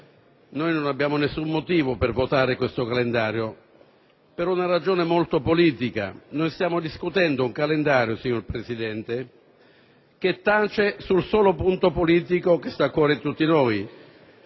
Non abbiamo nessun motivo per votarlo, per una ragione molto politica: stiamo discutendo un calendario, signor Presidente, che tace sul solo punto politico che sta a cuore a tutti noi.